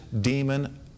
demon